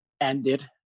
ended